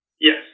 Yes